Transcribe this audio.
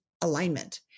alignment